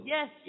Yes